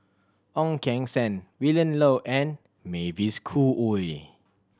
Ong Keng Sen Willin Low and Mavis Khoo Oei